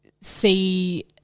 see –